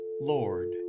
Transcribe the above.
Lord